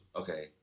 okay